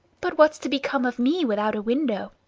but what's to become of me without a window?